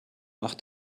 macht